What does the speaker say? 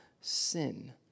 sin